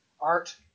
art